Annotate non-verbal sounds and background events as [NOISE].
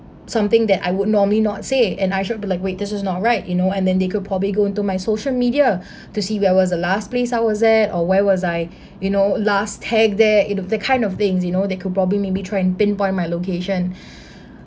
something that I would normally not say and I shall be like wait this is not right you know and then they could probably go into my social media [BREATH] to see where I was the last place I was there or where was I [BREATH] you know last tag there into that kind of things you know they could probably maybe try and pinpoint my location [BREATH]